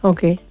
Okay